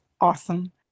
awesome